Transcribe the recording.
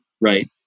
right